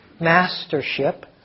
mastership